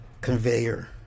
conveyor